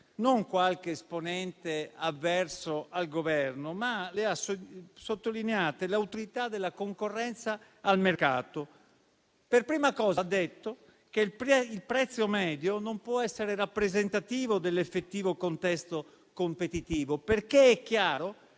non qualche esponente avverso al Governo, ma l'Autorità garante della concorrenza e del mercato. Per prima cosa ha detto che il prezzo medio non può essere rappresentativo dell'effettivo contesto competitivo, perché è chiaro